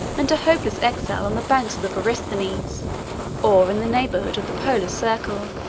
and a hopeless exile on the banks of the borysthenes, or in the neighborhood of the polar circle.